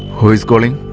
who is calling?